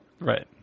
Right